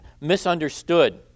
misunderstood